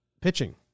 pitching